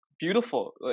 beautiful